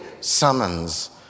summons